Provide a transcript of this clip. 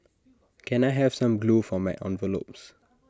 can I have some glue for my envelopes